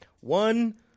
one